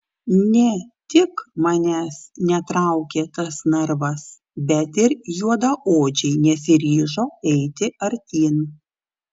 ne tik manęs netraukė tas narvas bet ir juodaodžiai nesiryžo eiti artyn